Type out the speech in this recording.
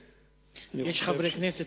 יש חברי כנסת,